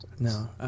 No